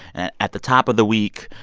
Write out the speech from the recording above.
and and at the top of the week,